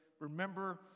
Remember